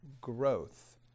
growth